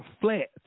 flat